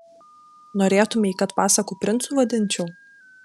norėtumei kad pasakų princu vadinčiau